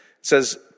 says